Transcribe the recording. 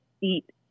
eat